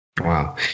Wow